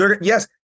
Yes